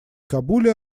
кабуле